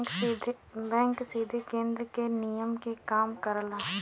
bank सीधे केन्द्र के नियम पे काम करला